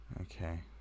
okay